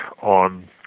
on